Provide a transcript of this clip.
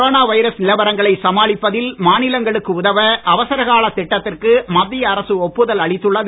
corona virus நிலவரங்களை சமாளிப்பதில் மாநிலங்களுக்கு உதவ அவசரகால திட்டத்திற்கு மத்திய அரசு ஒப்புதல் அளித்துள்ளது